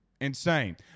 Insane